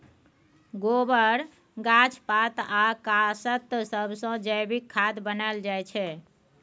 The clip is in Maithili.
गोबर, गाछ पात आ कासत सबसँ जैबिक खाद बनाएल जाइ छै